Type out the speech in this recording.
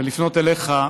ולפנות אליך,